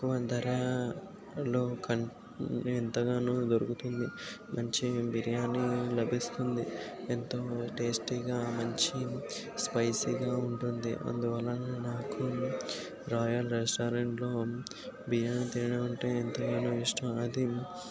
తక్కువ ధరలో ఎంతగానో దొరుకుంతుంది మంచి బిర్యానీ లభిస్తుంది ఎంతో టేస్టీగా మంచి స్పైసీగా ఉంటుంది అందువలన నాకు రాయల్ రెస్టారెంట్లో బిర్యానీ తినడం అంటే ఎంతగానో ఇష్టం అది